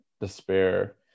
despair